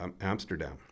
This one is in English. Amsterdam